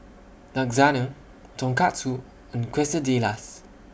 Lasagne Tonkatsu and Quesadillas